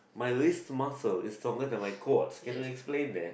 my wrist muscle is stronger than my quad can you explain that